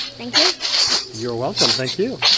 thank you you're welcome. thank you